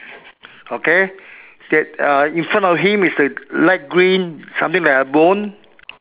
okay K uh in front of him is a light green something like a bone